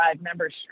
members